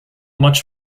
much